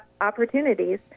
opportunities